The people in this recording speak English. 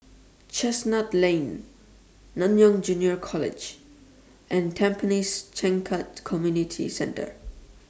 Chestnut Lane Nanyang Junior College and Tampines Changkat Community Centre